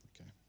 okay